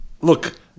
Look